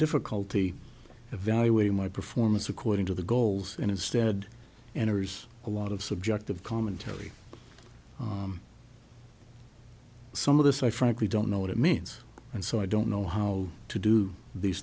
difficulty evaluating my performance according to the goals and instead enters a lot of subjective commentary some of this i frankly don't know what it means and so i don't know how to do these